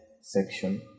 section